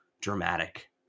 dramatic